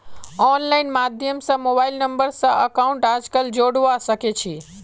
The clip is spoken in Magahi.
आनलाइन माध्यम स मोबाइल नम्बर स अकाउंटक आजकल जोडवा सके छी